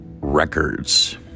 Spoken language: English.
records